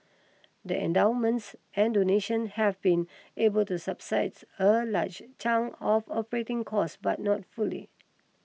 the endowments and donations have been able to subsides a large chunk of operating costs but not fully